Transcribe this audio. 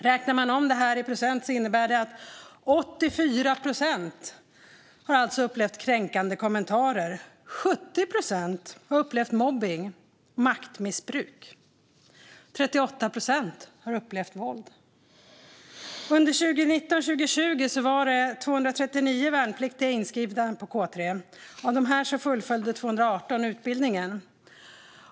Räknar man om detta i procent innebär det att 84 procent har upplevt kränkande kommentarer, 70 procent har upplevt mobbning och maktmissbruk och 38 procent har upplevt våld. Under 2019-2020 var det 239 värnpliktiga inskrivna på K 3. Av dem fullföljde 218 utbildningen.